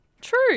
true